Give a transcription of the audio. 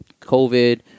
COVID